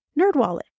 Nerdwallet